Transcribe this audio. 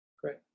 Great